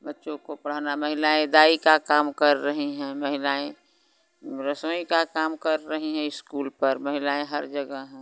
बच्चों को पढ़ाना महिलाएँ दाई का काम कर रही हैं महिलाएँ रसोई का काम कर रही हैं इस्कूल पर महिलाएँ हर जगह हैं